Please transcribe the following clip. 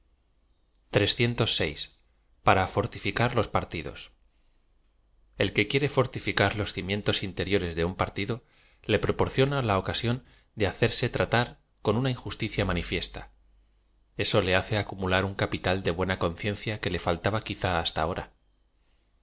r a fortifica r los partidos el que quiere fortificar loa cimientos interiore de un partido le proporciona la ocasión de hacerse tra tar con una iojobticia maniñesta eso le hace acumular un capital de buena conciencia que le faltaba quizá hasta ahora